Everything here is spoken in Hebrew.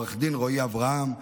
עו"ד רועי אברהם,